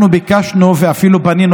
אנחנו ביקשנו ואפילו פנינו,